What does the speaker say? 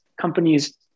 companies